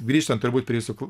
grįžtant turbūt prie jūsų